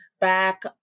back